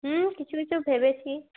হ্যাঁ কিছু কিছু ভেবেছি